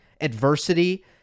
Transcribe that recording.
adversity